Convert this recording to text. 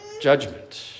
judgment